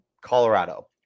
Colorado